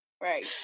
right